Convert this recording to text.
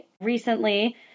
recently